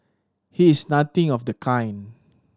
he is nothing of the kind